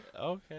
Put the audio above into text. okay